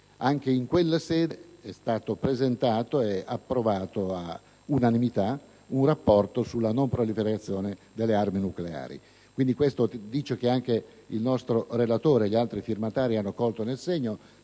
anche in quella sede è stato presentato e approvato all'unanimità un rapporto sulla non proliferazione delle armi nucleari. Questo conferma che il nostro relatore e gli altri firmatari della mozione hanno